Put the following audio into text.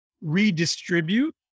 redistribute